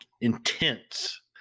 intense